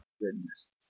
goodness